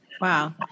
Wow